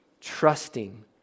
trusting